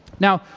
now,